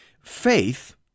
Faith